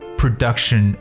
production